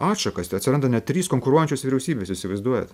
atšakas tai atsiranda net trys konkuruojančios vyriausybės įsivaizduojat